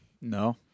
no